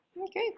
Okay